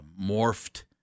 morphed